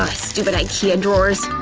stupid ikea drawers!